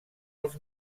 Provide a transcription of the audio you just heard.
als